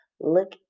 Look